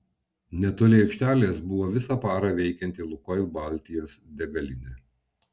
netoli aikštelės buvo visą parą veikianti lukoil baltijos degalinė